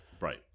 Right